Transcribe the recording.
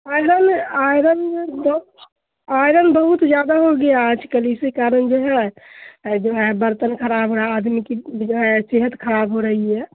iron iron بہت iron بہت زیادہ ہو گیا آج کل اسی کارن جو ہے جو ہے برتن خراب ہو رہا آدمی کی جو ہے صحت خراب ہو رہی ہے